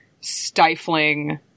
stifling